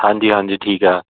ਹਾਂਜੀ ਹਾਂਜੀ ਠੀਕ ਆ